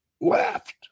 left